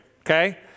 okay